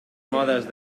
modes